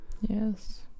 Yes